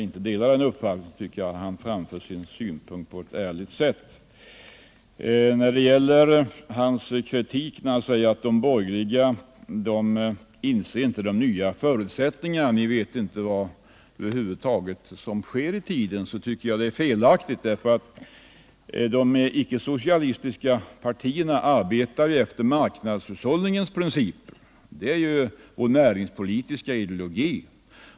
Jörn Svensson säger att vi borgerliga inte inser de nya förutsättningarna och att vi över huvud taget inte vet vad som sker i tiden. Detta tycker jag är felaktigt. De icke-socialistiska partierna arbetar efter marknadshushållningens principer. Det är vår näringspolitiska ideologi.